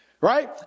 Right